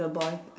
the boy